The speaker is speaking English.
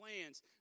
plans